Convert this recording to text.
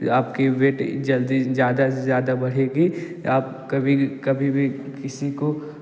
आपका वेट जल्दी ज़्यादा से ज़्यादा बढ़ेगा आप कभी कभी भी किसी को